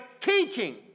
teaching